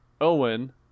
Owen